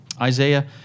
Isaiah